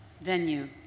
venue